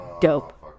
Dope